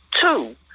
Two